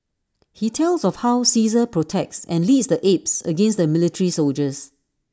he tells of how Caesar protects and leads the apes against the military soldiers